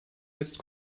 jetzt